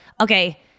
okay